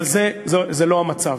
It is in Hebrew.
אבל זה לא המצב.